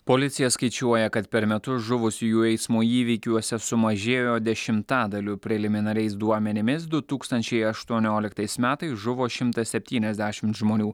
policija skaičiuoja kad per metus žuvusiųjų eismo įvykiuose sumažėjo dešimtadaliu preliminariais duomenimis du tūkstančiai aštuonioliktais metais žuvo šimtas septyniasdešim žmonių